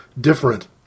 different